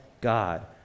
God